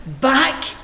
back